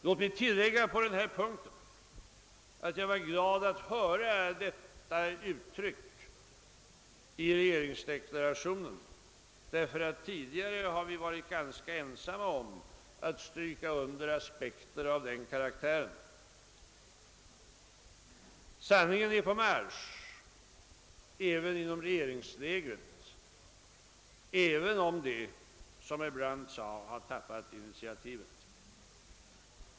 Låt mig på denna punkt tilllägga, att det gladde mig att få höra ett uttryck för denna uppfattning i regeringsdeklarationen — tidigare har vi varit ganska ensamma om att understryka aspekter av den karaktären. Sanningen är på marsch också inom regeringslägret, även om regeringen — som herr Brandt sade — har tappat initiativet.